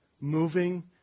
moving